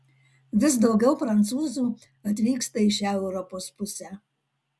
vis daugiau prancūzų atvyksta į šią europos pusę